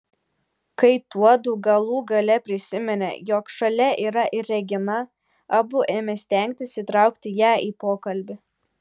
kai tuodu galų gale prisiminė jog šalia yra ir regina abu ėmė stengtis įtraukti ją į pokalbį